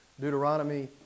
Deuteronomy